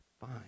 fine